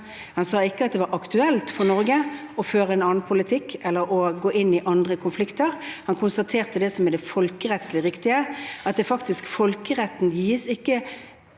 Han sa ikke at det var aktuelt for Norge å føre en annen politikk eller gå inn i andre konflikter. Han konstaterte det som er folkerettslig viktig, at fortolkningen av folkeretten ikke